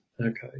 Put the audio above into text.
Okay